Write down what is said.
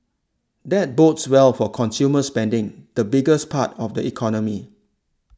that bodes well for consumer spending the biggest part of the economy